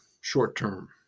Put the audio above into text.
short-term